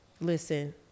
listen